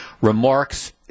remarks